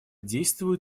действует